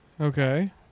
Okay